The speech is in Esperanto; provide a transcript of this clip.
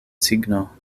signo